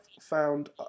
found